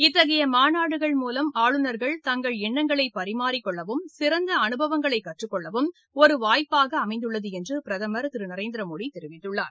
இத்தகைய மாநாடுகள் மூலம் ஆளுநர்கள் தங்கள் எண்ணங்களை பறிமாறிக்கொள்ளவும் சிறந்த அனுபவங்களை கற்றுக்கொள்ளவும் ஒரு வாய்ப்பாக அமைந்துள்ளது என்று பிரதமர் திரு நரேந்திரமோடி தெரிவித்துள்ளார்